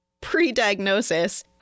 pre-diagnosis